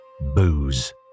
booze